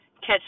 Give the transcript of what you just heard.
Catch